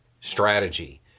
strategy